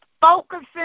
focusing